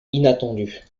inattendu